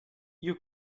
you